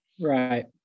Right